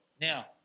Now